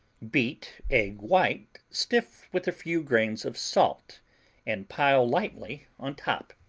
beat egg white stiff with a few grains of salt and pile lightly on top.